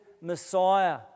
Messiah